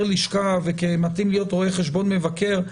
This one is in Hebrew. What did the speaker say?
לשכה וכמתאים להיות רואה חשבון מבקר,